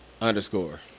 Underscore